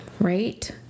right